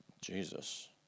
jesus